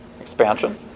expansion